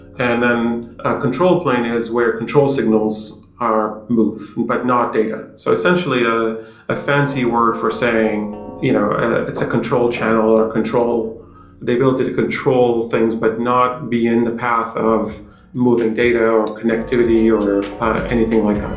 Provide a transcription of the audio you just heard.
and then a control plane is where control signals are moved, but not data. so essentially, a a fancy word for saying you know it's a control channel or a control the ability to control things, but not be in the path of moving data, or connectivity, or anything like that.